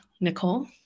Nicole